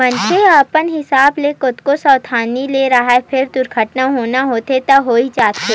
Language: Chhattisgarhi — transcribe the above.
मनखे ह अपन हिसाब ले कतको सवधानी ले राहय फेर दुरघटना होना होथे त होइ जाथे